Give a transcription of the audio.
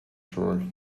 sure